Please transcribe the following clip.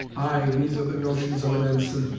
ay, these are the notions of an ensign!